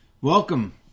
Welcome